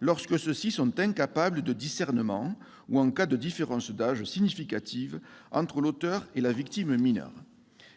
lorsque ceux-ci sont incapables de discernement ou en cas de différence d'âge significative entre l'auteur et la victime mineure.